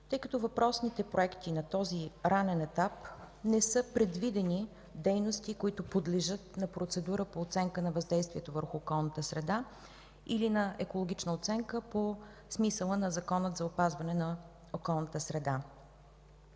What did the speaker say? тъй като по въпросните проекти на този ранен етап не са предвидени дейности, които подлежат на процедура по оценка на въздействието върху околната среда или на екологична оценка по смисъла на Закона за опазване на околната среда.